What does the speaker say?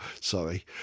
sorry